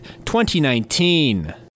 2019